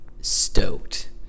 stoked